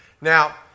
Now